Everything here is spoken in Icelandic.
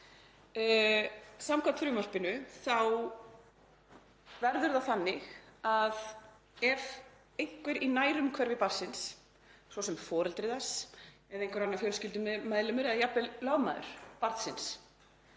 Samkvæmt frumvarpinu verður það þannig að ef einhver í nærumhverfi barnsins, svo sem foreldri þess, annar fjölskyldumeðlimur eða jafnvel lögmaður barnsins,